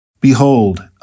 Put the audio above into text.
Behold